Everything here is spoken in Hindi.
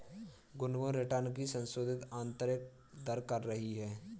गुनगुन रिटर्न की संशोधित आंतरिक दर कर रही है